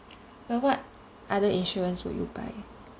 but what other insurance would you buy